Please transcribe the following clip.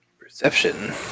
Perception